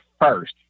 first